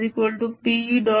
P0 bP